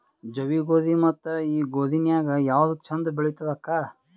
ಜವಿ ಗೋಧಿ ಮತ್ತ ಈ ಗೋಧಿ ನ್ಯಾಗ ಯಾವ್ದು ಛಂದ ಬೆಳಿತದ ಅಕ್ಕಾ?